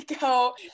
go